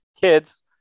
kids